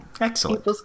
Excellent